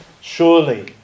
surely